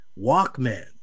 Walkman